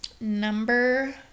number